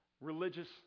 religious